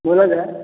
बोलल जाय